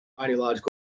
ideological